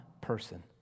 person